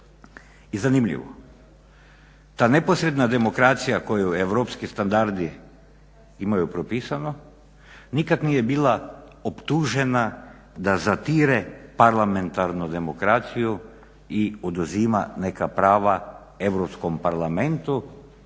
I zanimljivo, ta neposredna demokracija koju europski standardi imaju propisano, nikad nije bila optužena da zatire parlamentarnu demokraciju i oduzima neka prava EU parlamentu